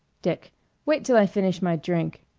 dick wait till i finish my drink.